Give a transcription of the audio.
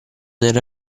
era